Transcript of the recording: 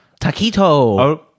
Taquito